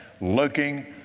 Looking